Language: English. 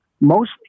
mostly